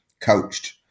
coached